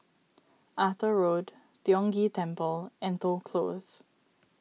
Arthur Road Tiong Ghee Temple and Toh Close